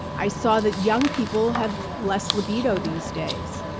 i saw that young people have less libido these days.